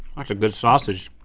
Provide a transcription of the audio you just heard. that's a good sausage.